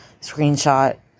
screenshot